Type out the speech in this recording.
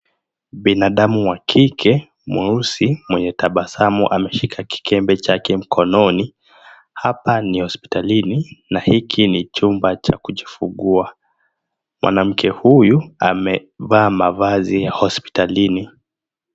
Binadamu wa kike mweusi mwenye tabasamu ameshika kikebe chake mkononi, hapa ni hospitalini na hiki ni chumba cha kujifungua, mwanamke huyu amevaa mavazi ya hospitalini.